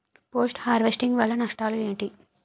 Post harvesting వల్ల నష్టాలు ఏంటి?